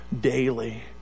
daily